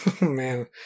man